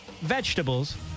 vegetables